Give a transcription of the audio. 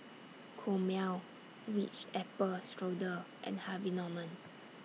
Chomel Ritz Apple Strudel and Harvey Norman